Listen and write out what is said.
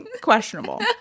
questionable